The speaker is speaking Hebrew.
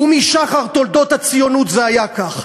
ומשחר תולדות הציונות זה היה כך,